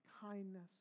kindness